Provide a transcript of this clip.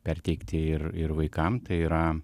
perteikti ir ir vaikam tai yra